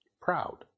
Proud